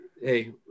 Hey